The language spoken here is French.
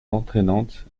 entraînante